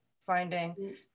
finding